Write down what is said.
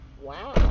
wow